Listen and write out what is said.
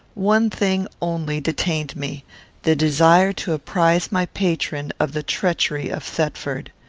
one thing only detained me the desire to apprize my patron of the treachery of thetford.